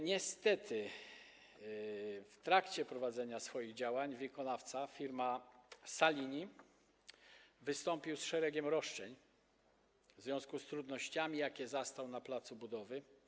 Niestety w trakcie prowadzenia swoich działań wykonawca, firma Salini, wystąpił z szeregiem roszczeń w związku z trudnościami, jakie zastał na placu budowy.